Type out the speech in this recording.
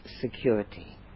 security